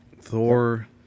Thor